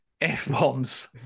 F-bombs